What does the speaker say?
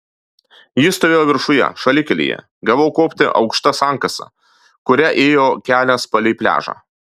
jis stovėjo viršuje šalikelėje gavau kopti aukšta sankasa kuria ėjo kelias palei pliažą